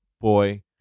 boy